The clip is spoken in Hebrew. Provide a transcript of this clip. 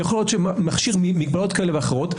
יכול להיות שמכשיר עם מגבלות כאלה ואחרות,